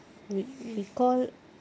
we we call